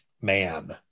man